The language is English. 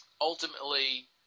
ultimately